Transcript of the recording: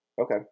Okay